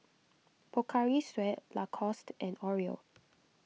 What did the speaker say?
Pocari Sweat Lacoste and Oreo